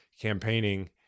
campaigning